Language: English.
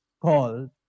called